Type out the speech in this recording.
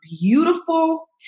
beautiful